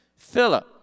Philip